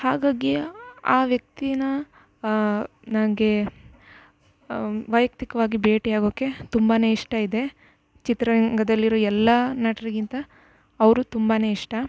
ಹಾಗಾಗಿ ಆ ವ್ಯಕ್ತಿನ ನನಗೆ ವೈಯಕ್ತಿಕವಾಗಿ ಭೇಟಿಯಾಗೋಕ್ಕೆ ತುಂಬ ಇಷ್ಟ ಇದೆ ಚಿತ್ರರಂಗದಲ್ಲಿರೋ ಎಲ್ಲ ನಟರಿಗಿಂತ ಅವರು ತುಂಬ ಇಷ್ಟ